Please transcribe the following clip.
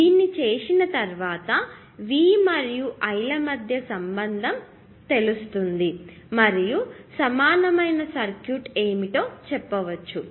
దీన్ని చేసిన తర్వాత V మరియు I ల మధ్య సంబంధం తెలుసు మరియు సమానమైన సర్క్యూట్ ఏమిటో చెప్పవచ్చు